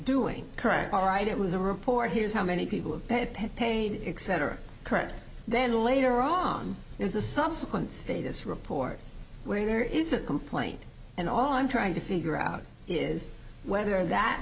doing correct all right it was a report here's how many people have pain etc current then later on there's a subsequent status report where there is a complaint and all i'm trying to figure out is whether that